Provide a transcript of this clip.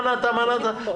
הנה,